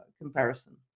comparison